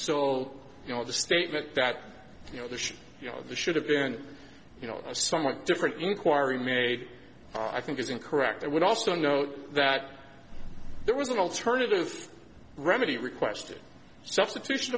so you know the statement that you know the shoe you know the should have been you know a somewhat different inquiry made i think is incorrect i would also note that there was an alternative remedy requested substitution